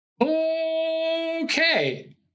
Okay